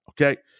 okay